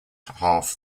half